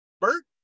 Bert